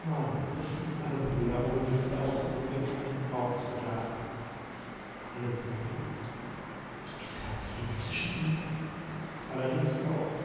nein christen sind alle brüder ohne daß es der ausübung irgend eines gebrauches bedarf alle brüder gibt es keinen krieg zwischen ihnen allerdings auch